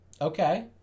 Okay